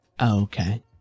Okay